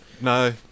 No